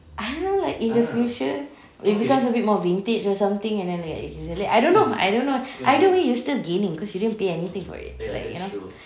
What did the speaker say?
I don't know like in the future when it becomes a bit more vintage or something in the and I don't know I don't know either you're still gaining cause you didn't pay anything for it like you know